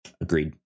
agreed